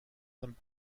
them